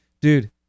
Dude